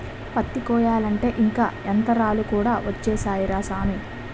పత్తి కొయ్యాలంటే ఇంక యంతరాలు కూడా ఒచ్చేసాయ్ రా సామీ